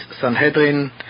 Sanhedrin